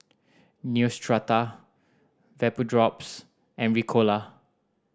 Neostrata Vapodrops and Ricola